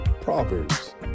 proverbs